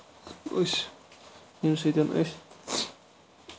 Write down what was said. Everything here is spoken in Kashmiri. أسۍ ییٚمہِ سۭتۍ أسۍ